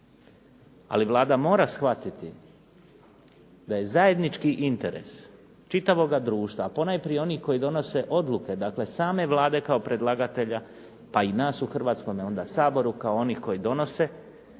Ali Vlada mora shvatiti da je zajednički interes čitavoga društva, a ponajprije onih koji donose odluke, dakle same Vlade kao predlagatelja, pa i nas u Hrvatskome saboru kao onih koji donose zakone